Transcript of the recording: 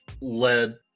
led